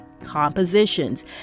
compositions